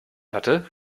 hatte